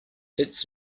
it’s